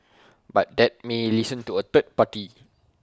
but they may listen to A third party